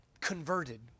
converted